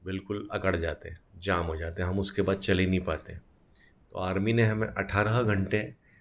बिल्कुल अकड़ जाते जाम हो जाते हम उसके बाद चल ही नहीं पाते आर्मी ने हमें अठारह घन्टे